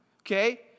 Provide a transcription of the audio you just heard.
okay